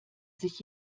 sich